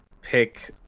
pick